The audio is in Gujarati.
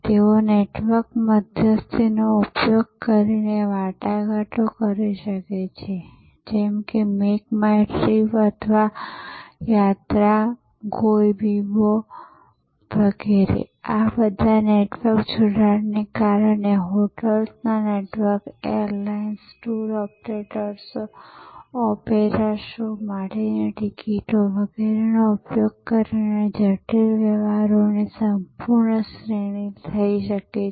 તેઓ નેટવર્ક મધ્યસ્થીનો ઉપયોગ કરીને વાટાઘાટો કરી શકે છે જેમ કે મેક માય ટ્રિપ અથવા યાત્રા ગોઇબીબો વગેરે આ બધા નેટવર્ક જોડાણને કારણે હોટેલ્સના network airlines tour operators opera show માટેની ટિકિટો વગેરેનો ઉપયોગ કરીને જટિલ વ્યવહારોની સંપૂર્ણ શ્રેણી થઈ શકે છે